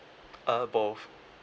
uh both